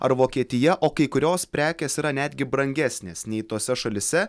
ar vokietija o kai kurios prekės yra netgi brangesnės nei tose šalyse